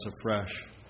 afresh